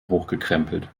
hochgekrempelt